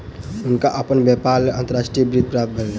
हुनका अपन व्यापारक लेल अंतर्राष्ट्रीय वित्त प्राप्त भेलैन